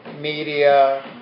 media